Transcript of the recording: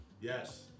Yes